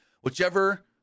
whichever